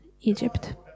Egypt